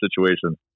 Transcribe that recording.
situation